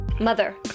Mother